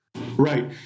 Right